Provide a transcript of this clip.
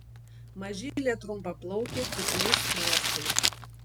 mažylė trumpaplaukė putliais skruostais